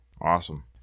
Awesome